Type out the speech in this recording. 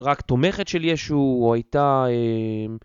רק תומכת של ישו הוא הייתה אהההההההההההההה